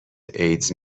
ایدز